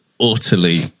utterly